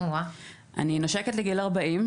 אני נושקת לגיל 40,